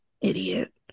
idiot